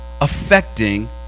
affecting